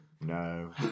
No